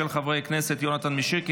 של חברי הכנסת יונתן מישרקי,